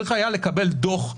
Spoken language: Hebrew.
צריך היה לקבל דוח,